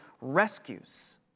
rescues